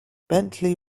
bentley